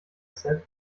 said